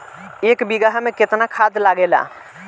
एक बिगहा में केतना खाद लागेला?